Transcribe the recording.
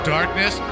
Darkness